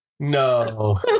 No